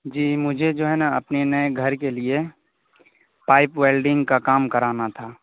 جی مجھے جو ہے نا اپنے نئے گھر کے لیے پائپ ویلڈنگ کا کام کرانا تھا